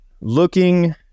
looking